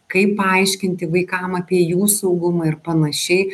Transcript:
kaip paaiškinti vaikam apie jų saugumą ir panašiai